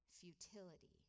futility